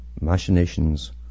Machinations